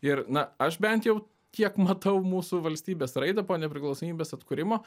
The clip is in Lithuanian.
ir na aš bent jau kiek matau mūsų valstybės raidą po nepriklausomybės atkūrimo